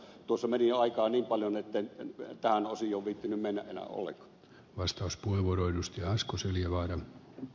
tuossa meni aikaa niin paljon etten tähän osioon viitsinyt mennä enää ollenkaan